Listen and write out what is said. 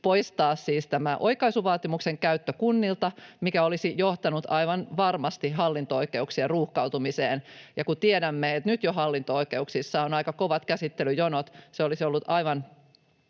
poistaa oikaisuvaatimuksen käyttö kunnilta, mikä olisi johtanut aivan varmasti hallinto-oikeuksien ruuhkautumiseen, ja kun tiedämme, että nyt jo hallinto-oikeuksissa on aika kovat käsittelyjonot, se olisi ollut aivan